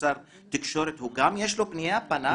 כשר תקשורת יש לו פנייה והוא פנה?